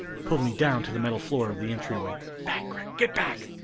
pulled me down to the metal floor of the entryway. back, gregg! get back!